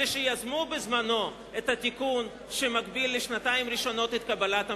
אלה שיזמו בזמנם את התיקון שמגביל לשנתיים ראשונות את קבלת המימון.